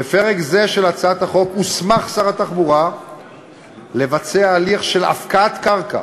בפרק זה של הצעת החוק הוסמך שר התחבורה לבצע הליך של הפקעת קרקע